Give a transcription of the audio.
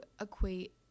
equate